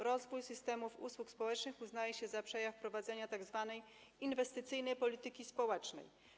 Rozwój systemu usług społecznych uznaje się za przejaw prowadzenia tzw. inwestycyjnej polityki społecznej.